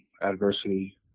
adversity